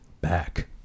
back